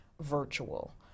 virtual